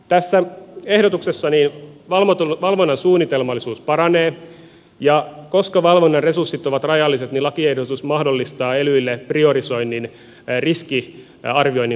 tässä ehdotuksessa valvonnan suunnitelmallisuus paranee ja koska valvonnan resurssit ovat rajalliset lakiehdotus mahdollistaa elyille priorisoinnin riskiarvioinnin perusteella